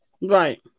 Right